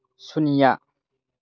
ꯁꯨꯅ꯭ꯌꯥ